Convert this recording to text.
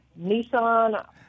Nissan